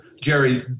Jerry